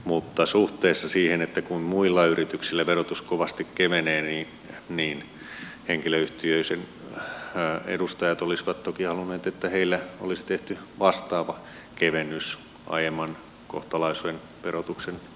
mutta suhteessa siihen että muilla yrityksillä verotus kovasti kevenee henkilöyhtiöiden edustajat olisivat toki halunneet että heillä olisi tehty vastaava kevennys aiemman kohtalaisen verotuksen vielä parantamiseksi